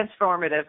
transformative